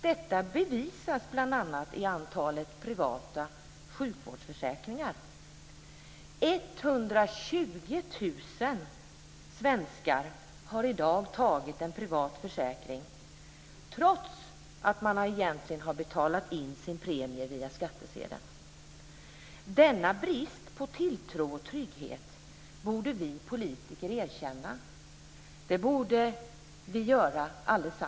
Detta bevisas bl.a. av antalet privata sjukförsäkringar. 120 000 svenskar har i dag tagit en privat försäkring, trots att man egentligen har betalat in sin premie via skattsedeln. Denna brist på tilltro och trygghet borde alla vi politiker erkänna.